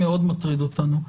מאוד מטרידה אותנו.